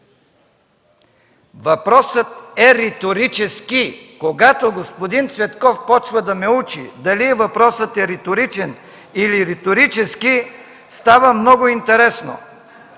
Въпросът е риторически! Когато господин Цветков започне да ме учи дали въпросът е риторичен или риторически, става много интересно.